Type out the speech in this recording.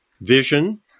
vision